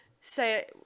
say